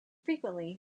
frequently